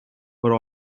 were